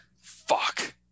fuck